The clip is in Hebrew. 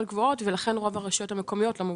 גבוהות רוב הרשויות המקומיות לא מבוטחות.